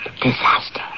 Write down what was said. disaster